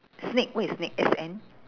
snake what is S N